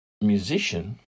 musician